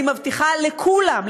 אני מבטיחה לכולם,